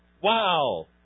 Wow